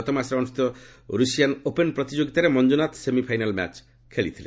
ଗତ ମାସରେ ଅନ୍ଦ୍ରଷ୍ଠିତ ରଷିଆନ୍ ଓପେନ୍ ପ୍ରତିଯୋଗିତାରେ ମଞ୍ଜୁନାଥ ସେମିଫାଇନାଲ୍ ମ୍ୟାଚ୍ ଖେଳିଥିଲେ